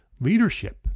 leadership